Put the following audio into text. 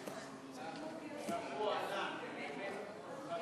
אין נמנעים ואין מתנגדים.